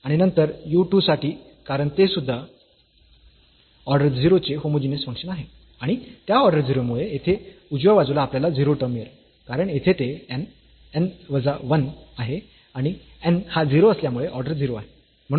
आणि नंतर u 2 साठी कारण ते सुद्धा ऑर्डर 0 चे होमोजीनियस फंक्शन आहे आणि त्या ऑर्डर 0 मुळे येथे उजव्या बाजूला आपल्याला 0 टर्म मिळेल कारण येथे ते n n वजा 1 आजे आणि n हा 0 असल्यामुळे ऑर्डर 0 आहे